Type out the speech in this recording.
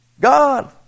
God